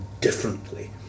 differently